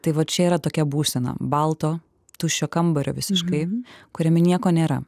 tai va čia yra tokia būsena balto tuščio kambario visiškai kuriame nieko nėra